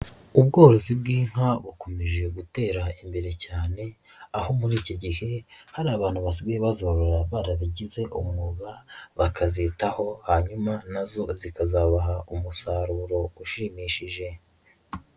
Ubworozi bw'inka bukomeje gutera imbere cyane, aho muri iki gihe hari abantu basigaye bozorora barabigize umwuga, bakazitaho hanyuma na zo zikazabaha umusaruro ushimishije.